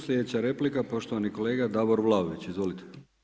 Slijedeća replika poštovani kolega Davor Vlaović, izvolite.